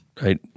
Right